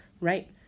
Right